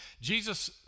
Jesus